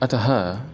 अतः